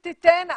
אז תיתן,